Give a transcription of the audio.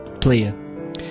player